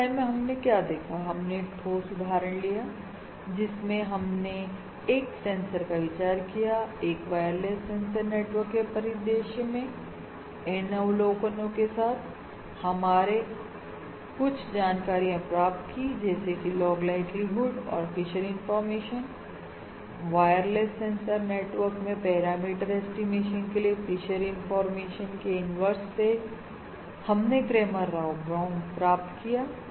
इस अध्याय में हमने क्या देखा हमने एक ठोस उदाहरण लिया जिसमें हमने एक सेंसर का विचार किया एक वायरलेस सेंसर नेटवर्क के परिदृश्य में N अवलोकनओं के साथ हमने कुछ जानकारियां प्राप्त की जैसे कि लॉग लाइक्लीहुड और फिशर इंफॉर्मेशनवायरलेस सेंसर नेटवर्क में पैरामीटर ऐस्टीमेशन के लिए फिशर इंफॉर्मेशन के इनवर्स से हमने क्रेमर राव बाउंड प्राप्त किया